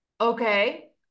okay